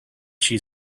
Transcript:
she